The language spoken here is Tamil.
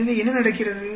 எனவே என்ன நடக்கிறது